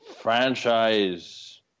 franchise